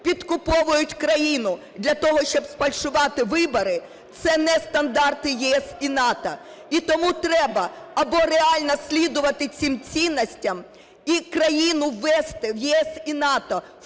підкуповують країну для того, щоб сфальшувати вибори, це не стандарти ЄС і НАТО. І тому треба або реально слідувати цим цінностям і країну вести в ЄС і НАТО,